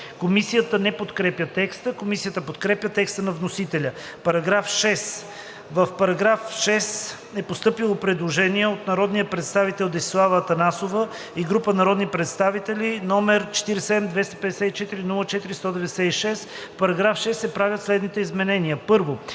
Комисията не подкрепя текста. Комисията подкрепя текста на вносителя за § 5. По § 6 е постъпило предложение от народния представител Десислава Атанасова и група народни представители, № 47-254-04-196: „В § 6 се правят следните изменения: 1.